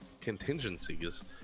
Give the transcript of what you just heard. contingencies